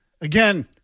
Again